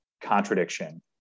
contradiction